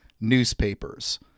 newspapers